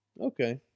Okay